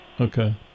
Okay